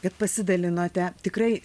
kad pasidalinote tikrai